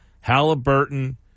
Halliburton